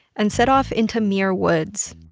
and set off into muir woods,